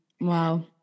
Wow